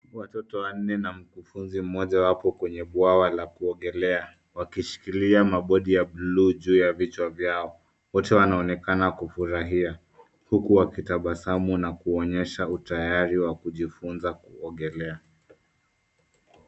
Watoto wanne na mkufunzi mmoja wako kwenye bwawa la kuogelea wakishikilia mabodi ya buluu juu ya vichwa vyao. Wote wanaonekana kufurahia huku wakitabasamu na kuonyesha utayari wa kujifunza kuogelea.